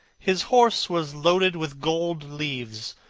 his horse was loaded with gold leaves,